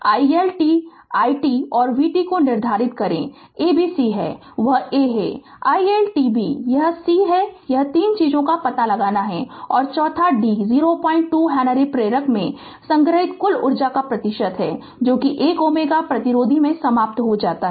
i L t i t और vt निर्धारित करें कि a b c है और वह a है i L t b यह है सी यह 3 चीजों का पता लगाना है और चौथा d 02 हेनरी प्रेरक में संग्रहीत कुल ऊर्जा का प्रतिशत है जो 1 Ω प्रतिरोधी में समाप्त हो गया है